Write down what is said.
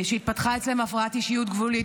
שהתפתחה אצלם הפרעת אישיות גבולית,